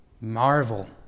marvel